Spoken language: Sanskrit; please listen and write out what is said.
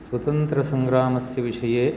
स्वतन्त्रसंग्रामस्य विषये